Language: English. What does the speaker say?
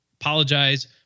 apologize